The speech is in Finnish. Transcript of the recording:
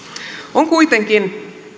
on kuitenkin